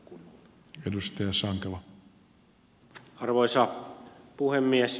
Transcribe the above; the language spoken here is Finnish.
arvoisa puhemies